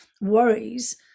worries